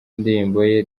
indirimbo